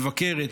מבקרת,